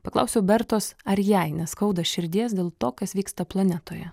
paklausiau bertos ar jai neskauda širdies dėl to kas vyksta planetoje